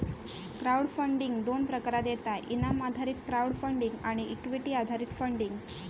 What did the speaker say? crowd funding दोन प्रकारात येता इनाम आधारित क्राउड फंडिंग आणि इक्विटी आधारित फंडिंग